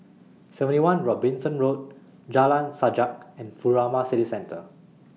seventy one Robinson Road Jalan Sajak and Furama City Centre